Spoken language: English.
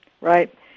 right